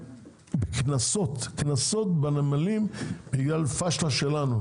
קנסות בנמלים בגלל פשלה שלנו,